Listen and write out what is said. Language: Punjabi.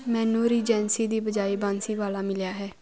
ਮੈਨੂੰ ਰੀਜੈਂਸੀ ਦੀ ਬਜਾਏ ਬਾਂਸੀਵਾਲਾ ਮਿਲਿਆ ਹੈ